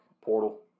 Portal